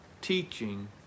teaching